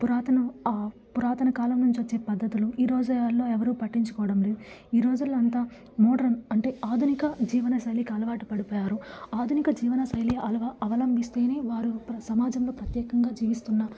పురాతన పురాతన కాలం నుంచి వచ్చే పద్ధతులు ఈ రోజుల్లో ఎవరు పట్టించుకోవడం లేదు ఈ రోజుల్లో అంత మోడ్రన్ అంటే ఆధునిక జీవనశైలికి అలవాటు పడిపోయారు ఆధునిక జీవనశైలి అలవా అవలంబిస్తేనే వారు సమాజంలో ప్రత్యేకంగా జీవిస్తున్న